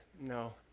no